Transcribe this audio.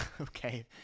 Okay